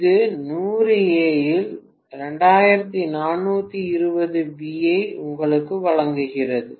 இது 100 A இல் 2420 V ஐ உங்களுக்கு வழங்குகிறது